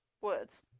words